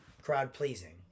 crowd-pleasing